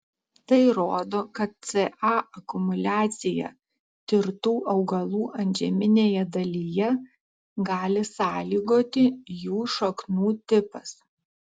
tai rodo kad ca akumuliaciją tirtų augalų antžeminėje dalyje gali sąlygoti jų šaknų tipas